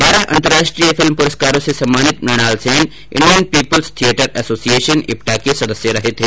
बारह अंतर्राष्ट्रीय फिल्म पुरस्कारों से सम्मानित Mrinal Sen Indian People's Theatre Association IPTA के सदस्य रहे थे